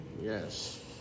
Yes